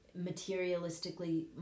materialistically